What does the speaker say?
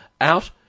Out